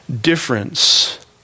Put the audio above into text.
difference